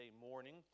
morning